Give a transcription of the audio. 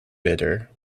bidder